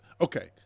okay